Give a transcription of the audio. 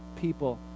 people